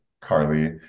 Carly